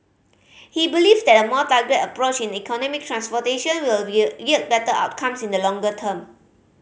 he believes that a more targeted approach in economic transformation would yield better outcomes in the longer term